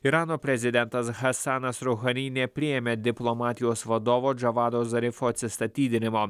irano prezidentas hasanas rohanini priėmė diplomatijos vadovo džavado zarifo atsistatydinimo